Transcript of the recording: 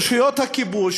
רשויות הכיבוש,